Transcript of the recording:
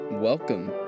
Welcome